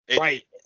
Right